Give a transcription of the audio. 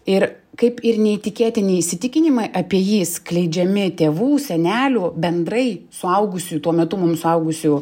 ir kaip ir neįtikėtini įsitikinimai apie jį skleidžiami tėvų senelių bendrai suaugusiųjų tuo metu mums suaugusių